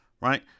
right